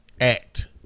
act